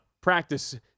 practice